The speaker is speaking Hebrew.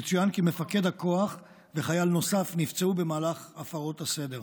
יצוין כי מפקד הכוח וחייל נוסף נפצעו במהלך הפרות סדר.